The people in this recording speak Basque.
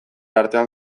artean